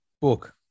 Book